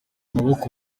amaboko